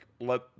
let